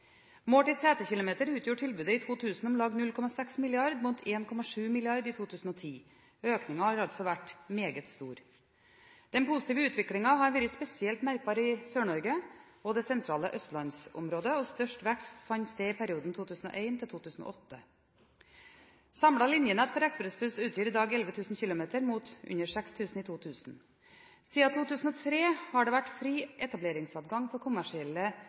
setekilometer utgjorde tilbudet i 2000 om lag 0,6 milliarder mot 1,7 milliarder i 2010. Økningen har altså vært meget stor. Den positive utviklingen har vært spesielt merkbar i Sør-Norge og det sentrale østlandsområdet, og størst vekst fant sted i perioden 2001–2008. Samlet linjenett for ekspressbuss utgjør i dag 11 000 km mot under 6 000 km i 2000. Siden 2003 har det vært fri etableringsadgang for kommersielle